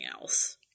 else